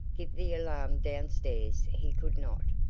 give the alarm down-stairs he could not,